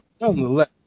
nonetheless